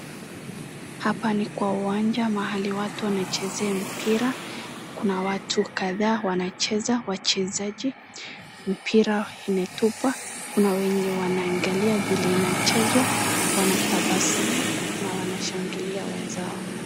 Hapa ni kwa uwanja mahali watu wanachezea mpira ,kuna watu kadhaa wanacheza wachezaji, mpira umetupwa na wale wanaangalia vile inachezwa, wanatabasamu na wanashangilia wenzao.